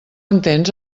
entens